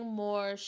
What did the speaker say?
more